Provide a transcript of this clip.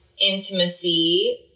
intimacy